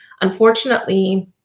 unfortunately